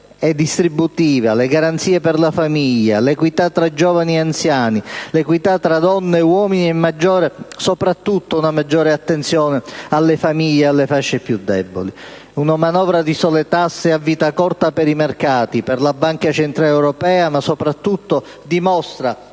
e distributiva, le garanzie per la famiglia, l'equità fra giovani e anziani, l'equità fra donne e uomini e soprattutto una maggiore attenzione alle famiglie e alle fasce più deboli. Una manovra di sole tasse ha vita corta per i mercati, per la Banca centrale europea ma soprattutto dimostra